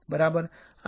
આ મારું ઇન્ડેન્ટર છે